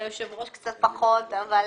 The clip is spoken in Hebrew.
היושב ראש קצת פחות מסכים.